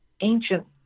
ancient